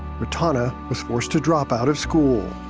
ratana was forced to drop out of school.